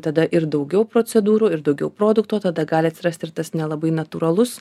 tada ir daugiau procedūrų ir daugiau produkto tada gali atsirast ir tas nelabai natūralus